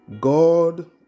God